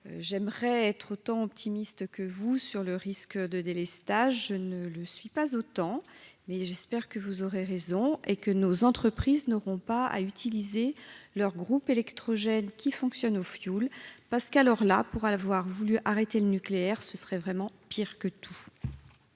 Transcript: j'aimerais être autant optimiste que vous sur le risque de délestage, je ne le suis pas autant, mais j'espère que vous aurez raison et que nos entreprises n'auront pas à utiliser leur groupe électrogène qui fonctionne au fioul parce alors là pour avoir voulu arrêter le nucléaire, ce serait vraiment pire que tout.